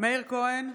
מאיר כהן,